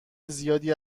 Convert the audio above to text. زیادی